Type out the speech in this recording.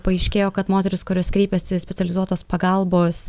paaiškėjo kad moterys kurios kreipėsi į specializuotos pagalbos